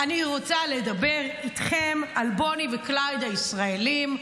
אני רוצה לדבר איתכם על בוני וקלייד הישראלים,